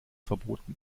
verboten